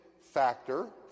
factor